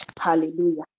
Hallelujah